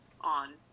on